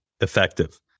effective